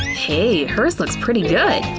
hey, her's looks pretty good.